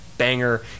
banger